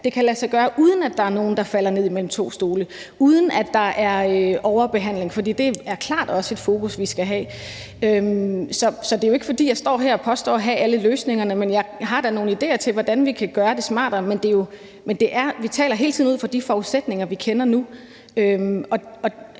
det kan lade sig gøre, uden at der er nogen, der falder ned mellem to stole, og uden at der er overbehandling, for det er klart også et fokus, vi skal have. Så det er jo ikke, fordi jeg står her og påstår at have alle løsningerne, men jeg har da nogle idéer til, hvordan vi kan gøre det smartere. Vi taler hele tiden ud fra de forudsætninger, vi kender nu,